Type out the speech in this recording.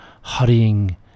hurrying